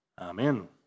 Amen